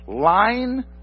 line